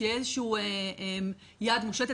שתהיה איזושהי יד מושטת.